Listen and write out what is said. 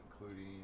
including